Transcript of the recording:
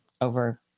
over